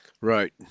Right